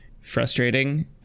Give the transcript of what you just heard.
frustrating